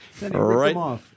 Right